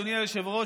אדוני היושב-ראש,